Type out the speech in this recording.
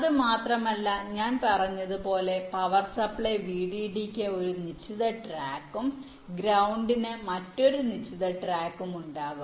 അത് മാത്രമല്ല ഞാൻ പറഞ്ഞതുപോലെ പവർ സപ്ലൈ VDD യ്ക്ക് ഒരു നിശ്ചിത ട്രാക്കും ഗ്രൌണ്ടിന് മറ്റൊരു നിശ്ചിത ട്രാക്കും ഉണ്ടാകും